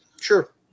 sure